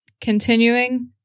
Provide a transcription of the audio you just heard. continuing